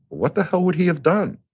what the hell would he have done?